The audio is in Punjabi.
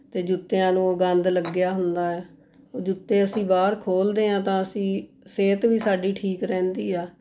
ਅਤੇ ਜੁੱਤਿਆਂ ਨੂੰ ਗੰਦ ਲੱਗਿਆ ਹੁੰਦਾ ਹੈ ਉਹ ਜੁੱਤੇ ਅਸੀਂ ਬਾਹਰ ਖੋਲਦੇ ਹਾਂ ਤਾਂ ਅਸੀਂ ਸਿਹਤ ਵੀ ਸਾਡੀ ਠੀਕ ਰਹਿੰਦੀ ਹੈ